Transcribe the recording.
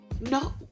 No